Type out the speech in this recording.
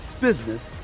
business